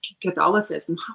Catholicism